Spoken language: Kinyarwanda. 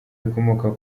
rikomoka